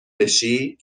بشی